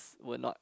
were not